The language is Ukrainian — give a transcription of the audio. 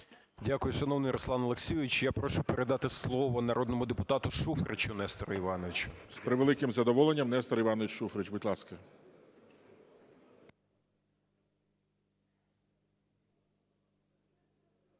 Дякую, шановний Руслан Олексійович. Я прошу передати слово народному депутату Шуфричу Нестору Івановичу. ГОЛОВУЮЧИЙ. З превеликим задоволенням. Нестор Іванович Шуфрич, будь ласка.